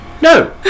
no